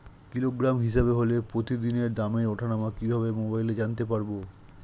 Kilogram হিসাবে হলে প্রতিদিনের দামের ওঠানামা কিভাবে মোবাইলে জানতে পারবো?